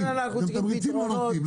אבל גם תמריצים לא נותנים,